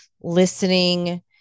listening